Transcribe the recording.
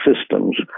systems